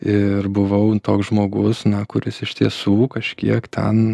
ir buvau toks žmogus na kuris iš tiesų kažkiek ten